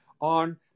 on